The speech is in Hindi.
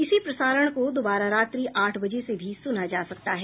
इसी प्रसारण को दोबारा रात्रि आठ बजे से भी सुना जा सकता है